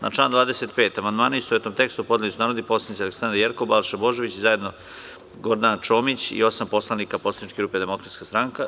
Na član 25. amandmane, u istovetnom tekstu, podneli su zajedno narodni poslanici Aleksandra Jerkov, Balša Božović i zajedno Gordana Čomić i osam poslanika Poslaničke grupe Demokratska stranka.